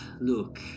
look